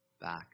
back